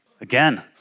Again